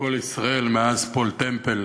וב"קול ישראל" מאז "פול טמפל";